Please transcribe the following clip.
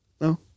No